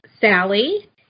Sally